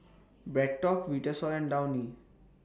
BreadTalk Vitasoy and Downy